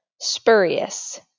Spurious